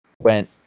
Went